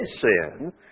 sin